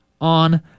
on